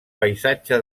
paisatge